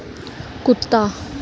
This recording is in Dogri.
कुत्ता